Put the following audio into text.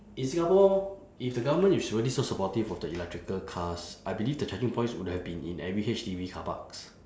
in singapore if the government is really so supportive of the electrical cars I believe the charging points would have been in every H_D_B carparks